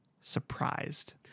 surprised